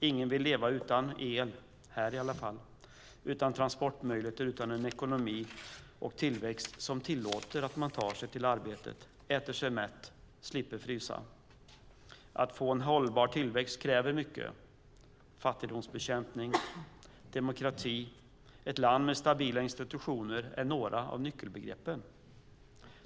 Ingen vill leva utan el - inte här i alla fall - utan transportmöjligheter och utan en ekonomi och tillväxt som tillåter att man tar sig till arbetet, äter sig mätt och slipper frysa. För att få en hållbar tillväxt krävs mycket. Fattigdomsbekämpning, demokrati och stabila institutioner är några av nyckelbegreppen.